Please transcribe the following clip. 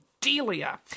Delia